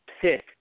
pick